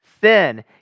sin